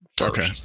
Okay